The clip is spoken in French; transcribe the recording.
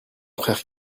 frère